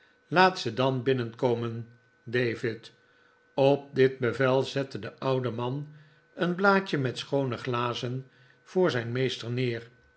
laat ze dan binnenkomen david op dit bevel zette de oude man een blaadje met schoone glazen voor zijn meester neer